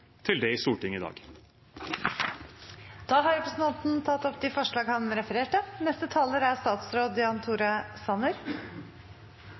til dem i Stortinget i dag. Representanten Bjørnar Moxnes har tatt opp forslagene han refererte til. Det er